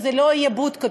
שלא יהיו בּוּדקות,